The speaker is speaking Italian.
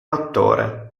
attore